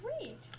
Great